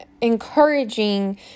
encouraging